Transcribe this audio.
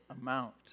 amount